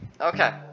Okay